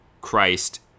Christ